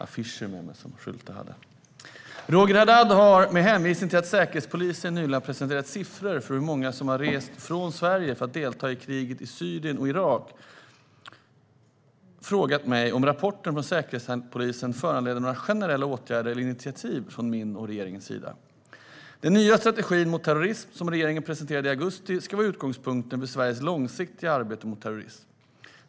Fru talman! Roger Haddad har, med hänvisning till att Säkerhetspolisen nyligen har presenterat siffror för hur många som rest från Sverige för att delta i kriget i Syrien och Irak, frågat mig om rapporten från Säkerhetspolisen föranleder några generella åtgärder eller initiativ från min och regeringens sida. Den nya svenska strategin mot terrorism som regeringen presenterade i augusti ska vara utgångspunkten för Sveriges långsiktiga arbete mot terrorism.